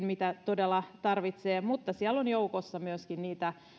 mitä todella tarvitsevat mutta siellä on joukossa myöskin niitä